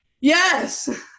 yes